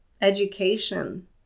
education